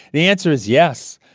the answer is yes.